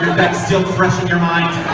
that's still fresh in your mind